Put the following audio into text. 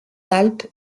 alpes